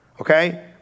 Okay